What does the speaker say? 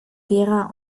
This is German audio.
gera